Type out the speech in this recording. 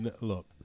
look